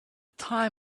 time